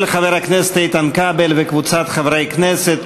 של חבר הכנסת איתן כבל וקבוצת חברי כנסת,